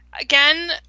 again